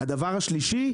הדבר השלישי,